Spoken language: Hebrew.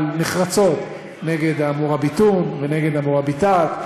נחרצות נגד המוראביטון ונגד המוראביטאת,